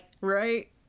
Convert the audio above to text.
Right